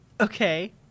Okay